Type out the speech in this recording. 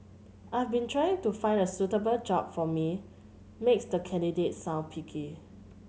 I've been trying to find the suitable job for me makes the candidate sound picky